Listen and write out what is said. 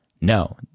No